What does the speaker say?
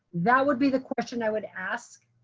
that would be the question i would ask.